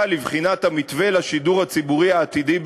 לבחינת המתווה לשידור הציבורי העתידי בישראל,